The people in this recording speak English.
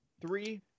three